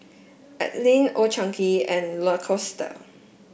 Anlene Old Chang Kee and Lacoste